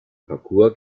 parkour